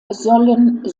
sollen